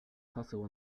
haseł